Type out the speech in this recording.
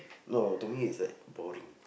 no to me is like boring